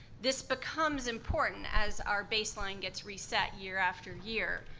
this becomes important as our baseline gets reset year after year.